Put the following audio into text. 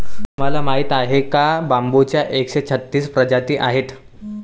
तुम्हाला माहीत आहे का बांबूच्या एकशे छत्तीस प्रजाती आहेत